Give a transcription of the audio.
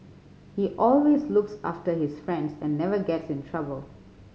he always looks after his friends and never gets in trouble